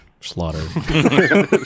Slaughter